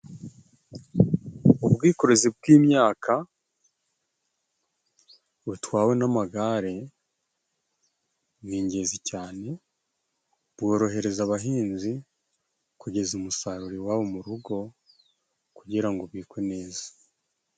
Ubwikorezi bw'imyaka butwawe n'amagare ni ingenzi cyane, bworohereza abahinzi kugeza umusaruro iwabo mu rugo kugira ngo ubikwe neza.